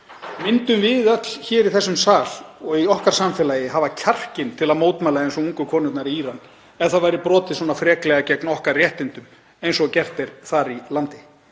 Myndum við öll hér í þessum sal og í okkar samfélagi hafa kjarkinn til að mótmæla eins og ungu konurnar í Íran ef brotið væri svo freklega gegn okkar réttindum eins og gert er þar í landi?